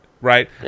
right